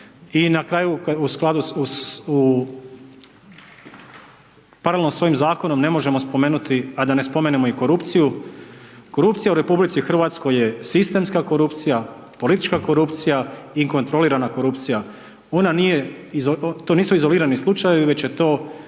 I na kraju u skladu s, u, paralelno s ovim zakonom ne možemo spomenuti a da ne spomenemo i korupciju. Korupcija u RH je sistemska korupcija, politička korupcija i kontrolirala korupcija. Ona nije, to nisu izolirani slučajevi, već je to